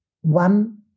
one